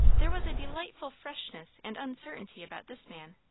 there was a delightful freshness and uncertainty about this man.